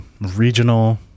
regional